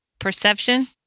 perception